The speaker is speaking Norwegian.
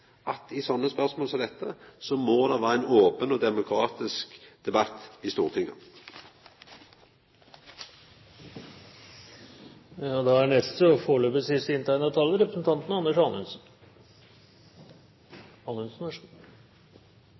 at i spørsmål som dette må det vera ein open og demokratisk debatt i